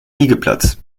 liegeplatz